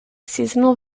seasonal